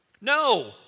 No